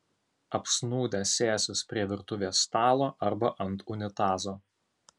apsnūdę sėsis prie virtuvės stalo arba ant unitazo